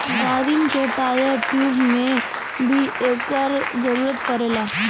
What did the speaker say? गाड़िन के tyre, tube में भी एकर जरूरत पड़ेला